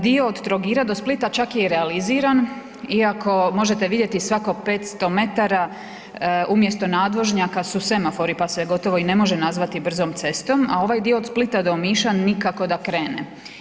Dio od Trogira do Splita čak je i realiziran iako možete vidjeti svako 500 metara umjesto nadvožnjaka su semafori, pa se gotovo i ne može nazvati brzom cestom, a ovaj dio od Splita do Omiša nikako da krene.